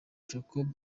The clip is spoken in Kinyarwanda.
jacob